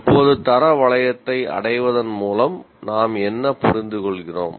இப்போது தர வளையத்தை அடைவதன் மூலம் நாம் என்ன புரிந்துகொள்கிறோம்